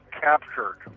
captured